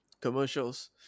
commercials